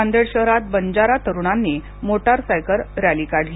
नांदेड शहरात बंजारा तरूणांनी motorcycle rally काढली